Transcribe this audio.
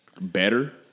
better